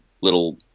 little